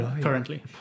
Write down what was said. currently